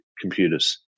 computers